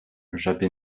żeby